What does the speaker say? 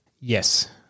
Yes